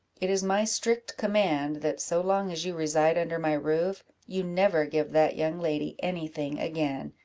it is my strict command, that so long as you reside under my roof, you never give that young lady any thing again,